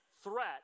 threat